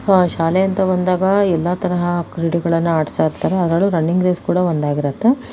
ಶಾಲೆಯಂತ ಬಂದಾಗ ಎಲ್ಲ ತರಹ ಕ್ರೀಡೆಗಳನ್ನು ಆಡಿಸ್ತಾ ಇರ್ತಾರೆ ಅದರಲ್ಲಿ ರನ್ನಿಂಗ್ ರೇಸ್ ಕೂಡ ಒಂದಾಗಿರತ್ತೆ